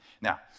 Now